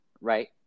right